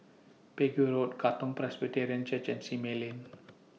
Pegu Road Katong Presbyterian Church and Simei Lane